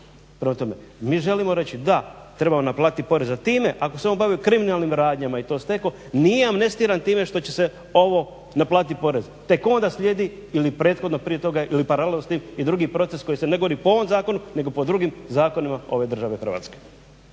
prema tome mi želimo reći da trebamo naplatiti porez time. Ako se on bavi kriminalnim radnjama i to stekao nije amnestiran time to što će se ovo naplatiti porez, tek onda slijedi ili prethodno prije toga ili paralelno s tim i drugi proces koji se ne … po ovom zakonu nego po drugim zakonima ove države Hrvatske.